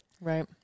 Right